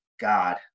God